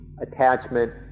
attachment